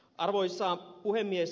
arvoisa puhemies